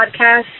podcast